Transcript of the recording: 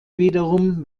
wiederum